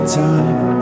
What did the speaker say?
time